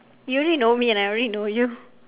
you already know me and I already know you